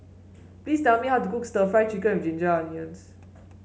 please tell me how to cook stir Fry Chicken with Ginger Onions